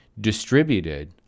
distributed